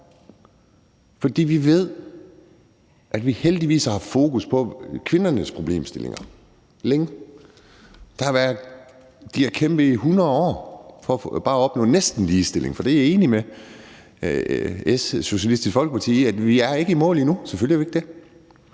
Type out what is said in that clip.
For vi ved, at vi heldigvis har haft fokus på kvindernes problemstillinger længe. De har kæmpet i 100 år for bare at opnå næsten ligestilling – for det er jeg enig med Socialistisk Folkeparti i, altså at vi selvfølgelig endnu ikke er